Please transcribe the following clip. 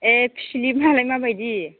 ए थिलेबनालाय मा बायदि